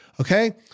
Okay